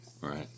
right